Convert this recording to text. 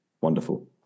Wonderful